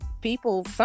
people